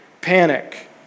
panic